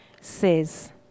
says